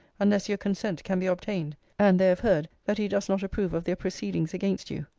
unless your consent can be obtained and they have heard that he does not approve of their proceedings against you.